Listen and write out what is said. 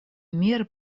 меры